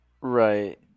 right